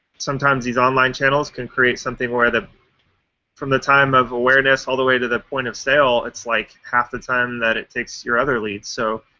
sometimes these online channels can create something where, from the time of awareness all the way to the point of sale, it's, like, half the time that it takes your other leads. so,